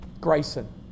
Grayson